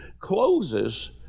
closes